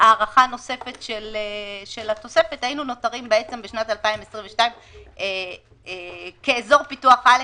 הארכה נוספת של התוספת היינו נותרים בשנת 2022 כאזור פיתוח א',